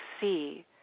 see